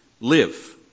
live